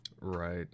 right